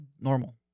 normal